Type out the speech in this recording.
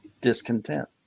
discontent